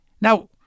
Now